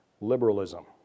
liberalism